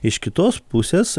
iš kitos pusės